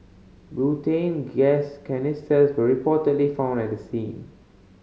butane gas canisters were reportedly found at the scene